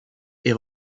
est